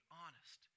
honest